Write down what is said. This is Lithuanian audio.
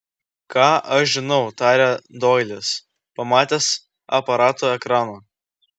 ką aš žinau tarė doilis pamatęs aparato ekraną